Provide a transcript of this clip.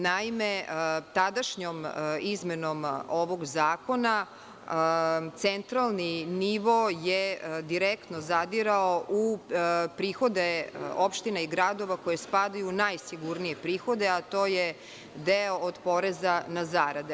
Naime, tadašnjom izmenom ovog zakona centralni nivo je direktno zadirao u prihode opština i gradova koji spadaju u najsigurnije prihode, a to je deo od poreza na zarade.